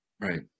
right